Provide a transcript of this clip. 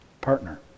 partner